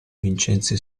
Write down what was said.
vincenzi